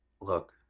Look